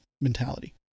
mentality